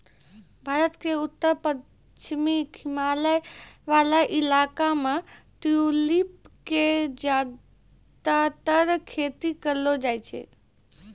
भारत के उत्तर पश्चिमी हिमालय वाला इलाका मॅ ट्यूलिप के ज्यादातर खेती करलो जाय छै